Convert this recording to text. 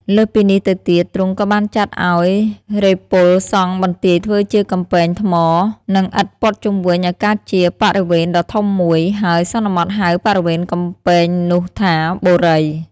លើសពីនេះទៅទៀត ទ្រង់ក៏បានចាត់ឲ្យរេហ៍ពលសង់បន្ទាយធ្វើជាកំពែងថ្ម និងឥដ្ឋព័ទ្ធជុំវិញឲ្យកើតជាបរិវេណដ៏ធំមួយ ហើយសន្មតហៅបរិវេណកំពែងនោះថា "បូរី"។